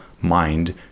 mind